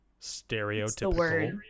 Stereotypical